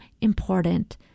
important